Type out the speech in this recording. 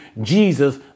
Jesus